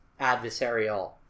adversarial